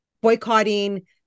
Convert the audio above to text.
boycotting